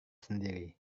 sendiri